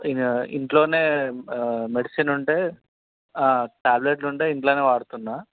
ఇక ఇంట్లో మెడిసిన్ ఉంటే ట్యాబ్లెట్లు ఉంటే ఇంట్లో వాడుతున్నాను